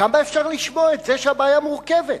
כמה אפשר לשמוע את זה שהבעיה מורכבת?